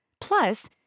Plus